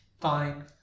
Fine